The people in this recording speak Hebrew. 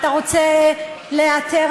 אתה רוצה להיעתר,